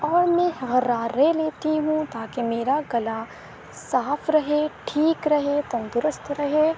اور میں غرارے لیتی ہوں تاکہ میرا گلا صاف رہے ٹھیک رہے تندرست رہے